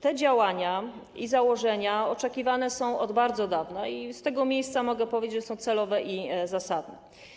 Te działania i założenia oczekiwane są od bardzo dawna i z tego miejsca mogę powiedzieć, że są celowe i zasadne.